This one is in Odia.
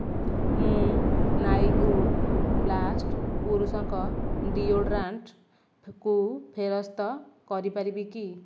ମୁଁ ନାଇକ୍ ଉଡ଼୍ ବ୍ଲାଷ୍ଟ୍ ପୁରୁଷଙ୍କ ଡିଓଡ଼୍ରାଣ୍ଟ୍କୁ ଫେରସ୍ତ କରିପାରିବି କି